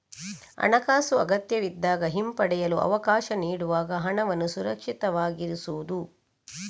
ಹಣಾಕಾಸು ಅಗತ್ಯವಿದ್ದಾಗ ಹಿಂಪಡೆಯಲು ಅವಕಾಶ ನೀಡುವಾಗ ಹಣವನ್ನು ಸುರಕ್ಷಿತವಾಗಿರಿಸುವುದು